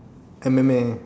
M_M_A